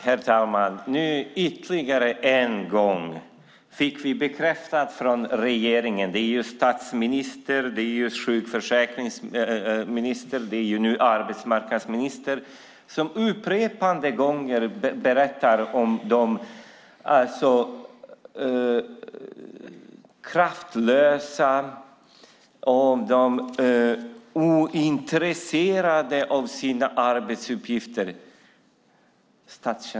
Herr talman! Nu fick vi återigen bekräftat det som statsministern, socialförsäkringsministern och arbetsmarknadsministern upprepade gånger har berättat om kraftlösa statstjänstemän som är ointresserade av sina arbetsuppgifter.